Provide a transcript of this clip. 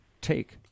take